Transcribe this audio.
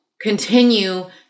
continue